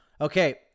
okay